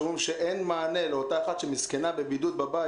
אומרים שאין מענה לאותה אחת מסכנה שהיא בבידוד בבית.